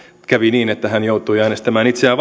kävi niin että hän joutui äänestämään itseään